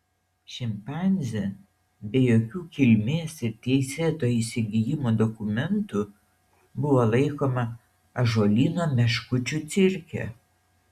šimpanzė be jokių kilmės ir teisėto įsigijimo dokumentų buvo laikoma ąžuolyno meškučių cirke